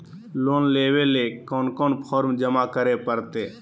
Loan लेवे ले कोन कोन फॉर्म जमा करे परते?